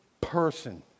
person